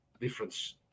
Difference